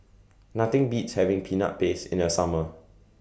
Nothing Beats having Peanut Paste in The Summer